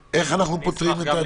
המשפטים.